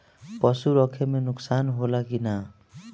पशु रखे मे नुकसान होला कि न?